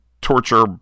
torture